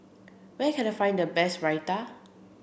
where can I find the best Raita